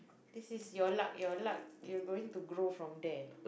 this is your luck your luck you're going to grow from there